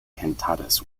cantatas